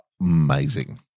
amazing